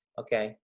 Okay